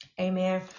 Amen